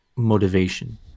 Motivation